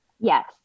Yes